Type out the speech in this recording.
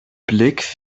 blick